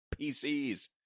PCs